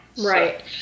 Right